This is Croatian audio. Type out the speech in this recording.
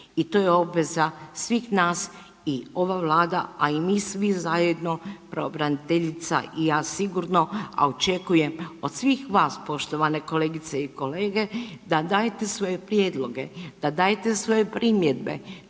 i to je obveza svih nas i ova Vlada, a i mi svi zajedno, pravobraniteljica i ja sigurno, a očekujem od svih vas, poštovane kolegice i kolege, da dajete svoje prijedloge, da dajete svoje primjedbe,